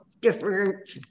different